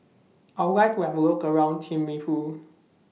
I Would like to Have A Look around Thimphu